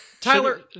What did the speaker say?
tyler